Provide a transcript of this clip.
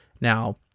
now